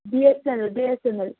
BSNL BSNL